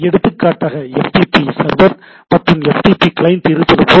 எடுத்துக்காட்டாக FTP server மற்றும் FTP client இருப்பது போல